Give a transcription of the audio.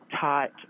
taught